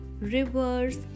rivers